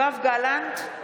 יואב גלנט,